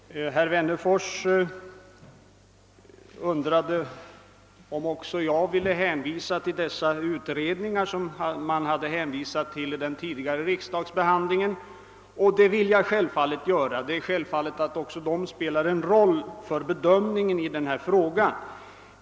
Herr talman! Herr Wennerfors undrade om också jag ville hänvisa till de utredningar som riksdagen vid den förra behandlingen av ärendet hänvisade till. Det vill jag självfallet göra, ty dessa spelar en roll för bedömningen av denna fråga.